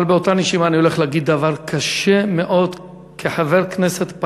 אבל באותה נשימה אני הולך להגיד דבר קשה מאוד כחבר כנסת,